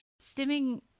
Stimming